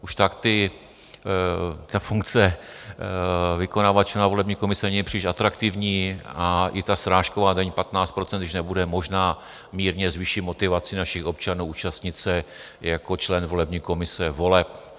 Už tak ta funkce vykonavače na volební komisi není příliš atraktivní a i srážková daň 15 %, když nebude, možná mírně zvýší motivaci našich občanů účastnit se jako člen volební komise voleb.